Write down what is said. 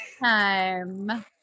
time